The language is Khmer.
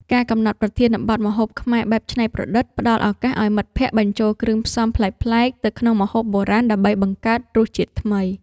ការកំណត់ប្រធានបទ ម្ហូបខ្មែរបែបច្នៃប្រឌិត ផ្ដល់ឱកាសឱ្យមិត្តភក្តិបញ្ចូលគ្រឿងផ្សំប្លែកៗទៅក្នុងម្ហូបបុរាណដើម្បីបង្កើតរសជាតិថ្មី។